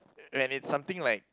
when is something like